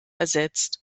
ersetzt